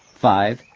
five.